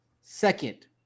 Second